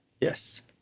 yes